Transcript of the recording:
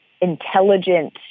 intelligent